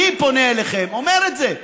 אני פונה אליכם ואומר את זה.